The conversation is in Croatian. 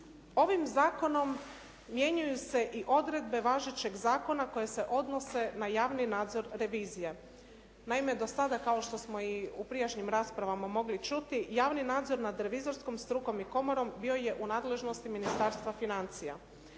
Ovim zakonom mijenjaju se i odredbe važećeg zakona koje se odnose na javni nadzor revizije. Naime do sada kao što smo i u prijašnjim raspravama mogli čuti, javni nadzor nad revizorskom strukom i komorom bio je u nadležnosti Ministarstva financija.